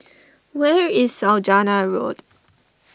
where is Saujana Road